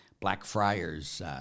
Blackfriars